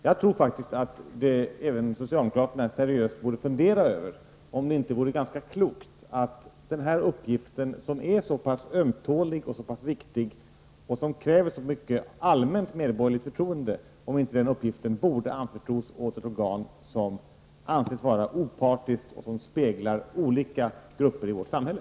Jag tror att även socialdemokraterna seriöst borde fundera över om det inte vore ganska klokt att denna uppgift, som är så ömtålig och viktig och som kräver så mycket allmänt medborgerligt förtroende, borde anförtros åt ett organ som anses vara opartiskt och som speglar olika grupper i vårt samhälle.